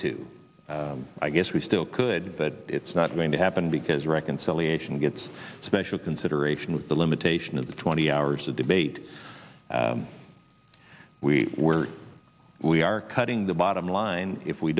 two i guess we still could but it's not going to happen because reconciliation gets special consideration with the limitation of the twenty hours of debate we were we are cutting the bottom line if we